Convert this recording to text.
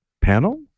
panel